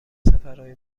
سفرهای